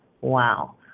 Wow